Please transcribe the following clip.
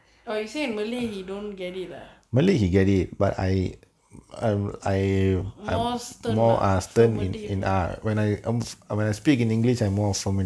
oh you say malay he don't get it lah most turn lah somebody if lah